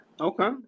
okay